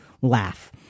laugh